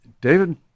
David